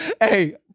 hey